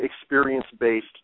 experience-based